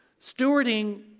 Stewarding